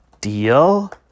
Deal